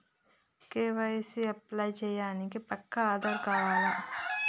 KYC apply చేయనీకి పక్కా ఆధార్ కావాల్నా?